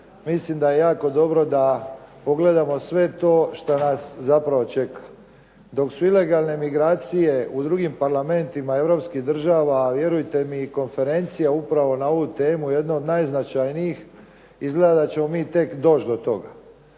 Mislim da je jako dobro da pogledamo sve to što nas zapravo čeka. Dok su ilegalne migracije u drugim parlamentima europskih država, vjerujte mi i konferencija upravo na ovu temu jedna od najznačajnijih, izgleda da ćemo mi tek doći do toga.